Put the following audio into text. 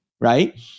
right